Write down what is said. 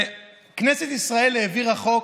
וכנסת ישראל העבירה חוק.